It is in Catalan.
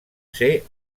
ser